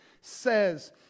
says